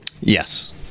Yes